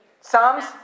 Psalms